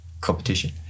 competition